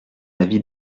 avis